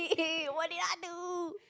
hey what did I do